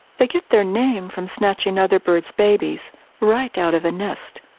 they get their name from snatching other birds' babies right out of a nest.